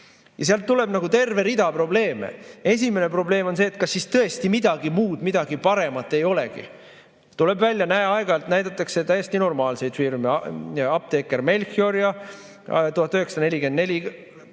tuleb terve rida probleeme. Esimene probleem on see, et kas siis tõesti midagi muud, midagi paremat ei olegi. Tuleb välja, et näe, aeg-ajalt näidatakse täiesti normaalseid filme, "Apteeker Melchior" ja "1944",